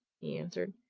he answered.